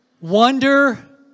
Wonder